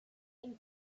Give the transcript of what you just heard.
and